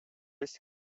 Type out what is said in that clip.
есть